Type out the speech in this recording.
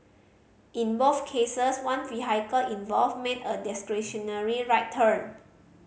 in both cases one vehicle involved made a discretionary right turn